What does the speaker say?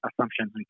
assumptions